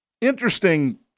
interesting